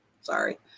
Sorry